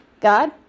God